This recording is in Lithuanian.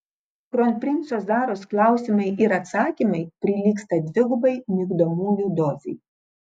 kronprinco zaros klausimai ir atsakymai prilygsta dvigubai migdomųjų dozei